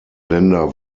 länder